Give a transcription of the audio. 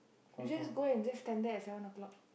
you just go and just stand there at seven o-clock